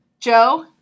Joe